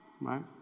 Right